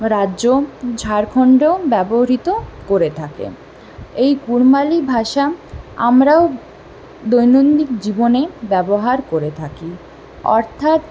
রাজ্য ঝাড়খণ্ডেও ব্যবহৃত করে থাকে এই কুড়মালি ভাষা আমরাও দৈনন্দিন জীবনে ব্যবহার করে থাকি অর্থাৎ